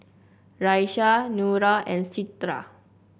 Raisya Nura and Citra